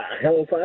hello